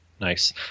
nice